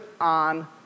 on